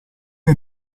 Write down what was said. che